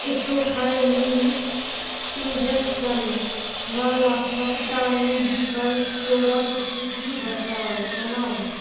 एटोफायलिंग injection वाला सबटा medical स्टोरक सूचि बताउ बनाउ